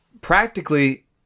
practically